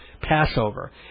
Passover